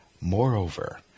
Moreover